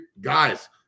Guys